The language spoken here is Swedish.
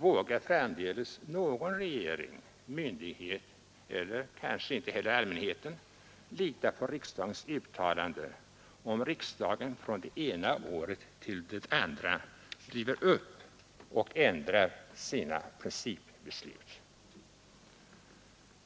Vågar framdeles någon regering, myndigheter eller allmänheten lita på riksdagens uttalanden, om riksdagen från det ena året till det andra river upp och ändrar sina principbeslut?